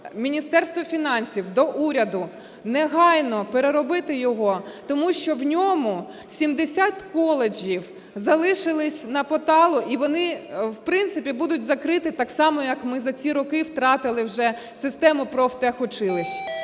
Міністерства фінансів, до уряду негайно переробити його. Тому що в ньому 70 коледжів залишились на поталу, і вони, в принципі, будуть закриті так само, як ми за ці роки втратили вже систему профтехучилищ.